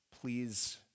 please